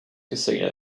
casino